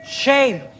Shame